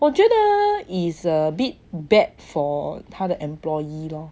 我觉得 is a bit bad for 他的 employee lor